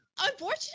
unfortunately